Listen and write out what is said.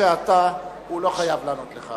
שאתה, הוא לא חייב לענות לך.